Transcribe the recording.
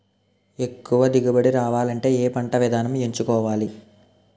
ఎక్కువ దిగుబడి రావాలంటే ఏ పంట విధానం ఎంచుకోవాలి?